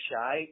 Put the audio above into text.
shy